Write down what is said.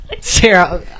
Sarah